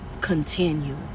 continue